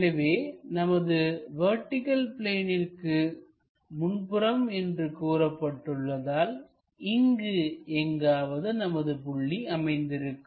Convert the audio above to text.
எனவே நமது வெர்டிகள் பிளேனிற்கு முன்புறம் என்று கூறப்பட்டுள்ளதால் இங்கு எங்காவது நமது புள்ளி அமைந்திருக்கும்